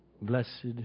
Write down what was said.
Blessed